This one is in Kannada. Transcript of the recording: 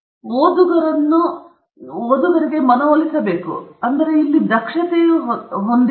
ಡೇಟಾವನ್ನು ಒದಗಿಸುವುದು ಡೇಟಾವನ್ನು ಚರ್ಚಿಸುವಂತೆ ಮನವೊಲಿಸುವುದು ಮತ್ತು ನಂತರ ನೀವು ಎರಡೂ ಪರಿಣಾಮಕಾರಿಯಾಗಿ ಮಾಡಬೇಕಾದ ಮಾಹಿತಿಯನ್ನು ತಿಳಿಸಿ